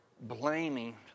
blaming